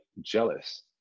jealous